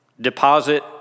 deposit